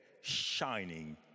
shining